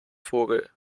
vogel